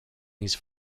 these